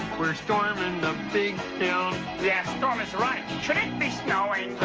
we're storming the big town. yeah. storm is right. should it be snowing?